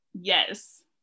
yes